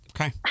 Okay